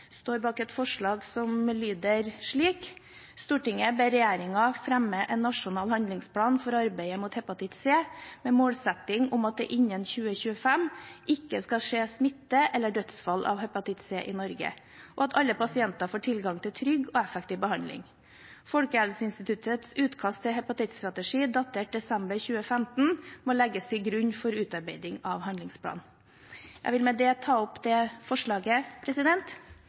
står bak et forslag som lyder slik: «Stortinget ber regjeringa fremja ein nasjonal handlingsplan for arbeidet mot hepatitt C, med målsetting om at det innan 2025 ikkje skal skje smitte eller dødsfall av hepatitt C i Norge, og at alle pasientar får tilgang til trygg og effektiv behandling. Folkehelseinstituttets utkast til hepatittstrategi, datert desember 2015, må leggast til grunn for utarbeiding av handlingsplanen.» Jeg vil med dette ta opp forslaget,